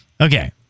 Okay